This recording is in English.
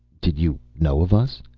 did you know of us?